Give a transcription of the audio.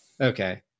Okay